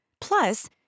Plus